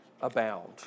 abound